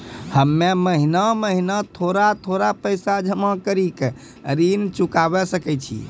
हम्मे महीना महीना थोड़ा थोड़ा पैसा जमा कड़ी के ऋण चुकाबै सकय छियै?